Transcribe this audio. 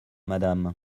madame